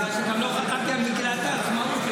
בגלל שגם לא חתמתי על מגילת העצמאות.